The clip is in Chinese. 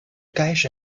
该省